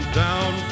down